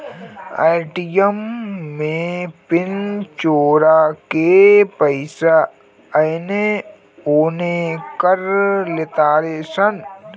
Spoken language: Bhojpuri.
ए.टी.एम में पिन चोरा के पईसा एने ओने कर लेतारे सन